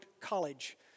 College